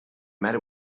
matter